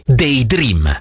daydream